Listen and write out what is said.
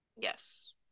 Yes